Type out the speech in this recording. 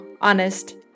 honest